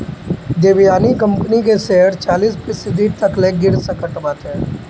Devyani company के share चालीस फीसदी तकले गिर सकत बाटे